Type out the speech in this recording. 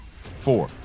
Four